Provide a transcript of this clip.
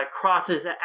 crosses